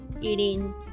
eating